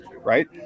right